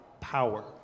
power